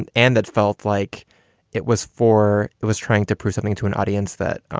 and and that felt like it was for it was trying to prove something to an audience that